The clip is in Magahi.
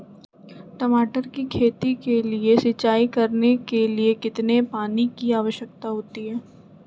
टमाटर की खेती के लिए सिंचाई करने के लिए कितने पानी की आवश्यकता होती है?